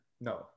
No